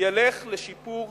ילך לשיפור